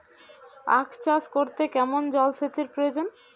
আখ চাষ করতে কেমন জলসেচের প্রয়োজন?